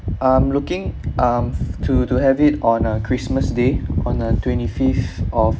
I'm looking um to to have it on uh christmas day on the twenty fifth of